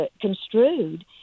construed